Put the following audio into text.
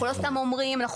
אנחנו לא סתם אומרים.